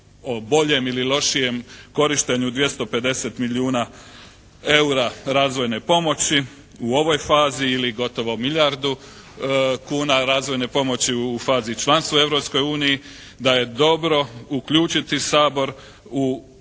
o boljem ili lošijem korištenju 250 milijuna eura razvojne pomoći u ovoj fazi ili gotovo milijardu kuna razvojne pomoći u fazi članstva u Europskoj uniji da je dobro uključiti Sabor u